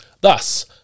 Thus